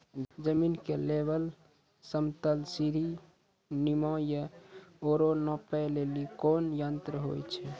जमीन के लेवल समतल सीढी नुमा या औरो नापै लेली कोन यंत्र होय छै?